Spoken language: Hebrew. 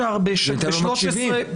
כי אתם לא מקשיבים למטופלים.